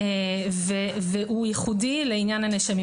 והוא ייחודי לעניין הנאשמים.